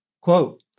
Quote